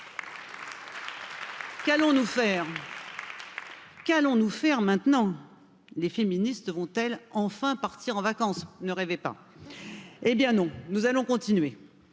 prenne le relais. Qu'allons nous faire? maintenant? Les féministes vont elles enfin partir en vacances? nee? rêvez pas? Ehh bien, non, nous allons continuer,